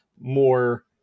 more